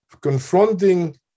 confronting